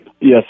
Yes